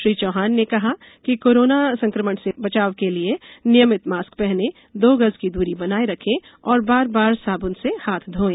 श्री चौहान ने कहा कि कोरोना संक्रमण से बचाव के लिए नियमित मास्क पहनें दो गज की दूरी बनाएं रखें और बार बार साबुन से हाथ धोएं